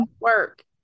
work